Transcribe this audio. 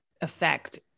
affect